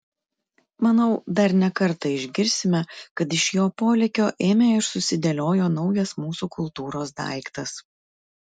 manau dar ne kartą išgirsime kad iš jo polėkio ėmė ir susidėliojo naujas mūsų kultūros daiktas